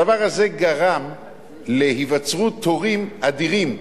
הדבר הזה גרם להיווצרות תורים אדירים.